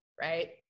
Right